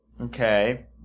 okay